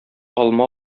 алма